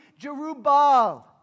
Jerubal